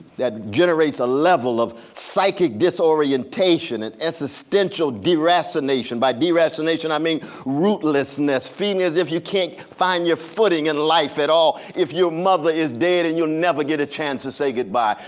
that generates a level of psychic disorientation, and existential deracination. by deracination i mean rootlessness, feeling as if you can't find your footing in life at all. if your mother is dead and you'll never get a chance to say goodbye.